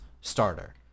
starter